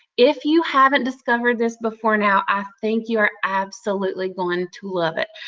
if you haven't discovered this before now, i think you're absolutely going to love it.